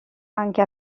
anche